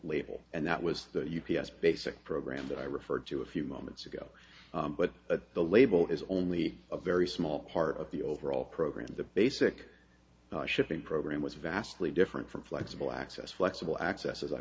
label and that was the u k s basic program that i referred to a few moments ago but the label is only a very small part of the overall program the basic shipping program was vastly different from flexible access flexible access as i